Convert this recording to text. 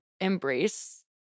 embrace